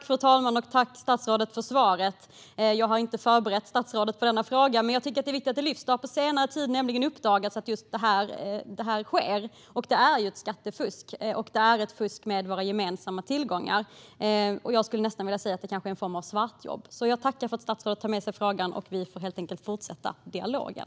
Fru talman! Tack, statsrådet, för svaret! Jag har inte förberett statsrådet på denna fråga, men jag tycker att det är viktigt att den lyfts upp. Det har på senare tid nämligen uppdagats att just detta sker. Det är ju skattefusk, och det är fusk med våra gemensamma tillgångar. Jag skulle nästan vilja säga att det är en form av svartjobb. Jag tackar för att statsrådet tar med sig frågan. Vi får helt enkelt fortsätta dialogen.